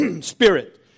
spirit